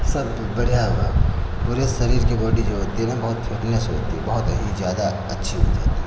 सब बढ़िया होगा पूरे शरीर की बॉडी जो होती है न बहुत फिटनेस होती है बहुत ही ज़्यादा अच्छी होती है